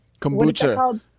kombucha